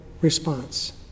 response